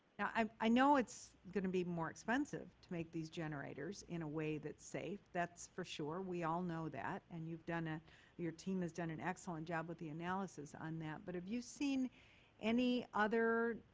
um i know it's going to be more expensive to make these generators in a way that's safe. that's for sure, we all know that. and you've done ah your team has done an excellent job with the analysis on that. but have you seen any other